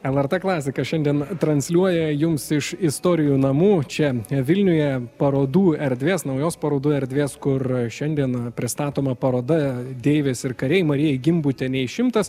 lrt klasika šiandien transliuoja jums iš istorijų namų čia vilniuje parodų erdvės naujos parodų erdvės kur šiandien pristatoma paroda deivės ir kariai marijai gimbutienei šimtas